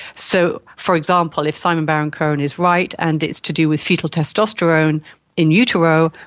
so, for example, if simon baron-cohen is right and it's to do with foetal testosterone in utero,